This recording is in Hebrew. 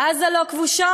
עזה לא כבושה,